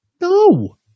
No